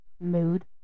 Mood